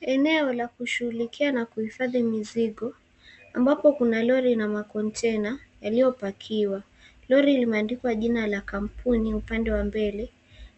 Eneo la kushughuilikia na kuhifadhi mizigo ambapo kuna lori na makonteina yaliyopakiwa. Lori limeandikwa jina la kampuni upande wa mbele,